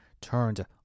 turned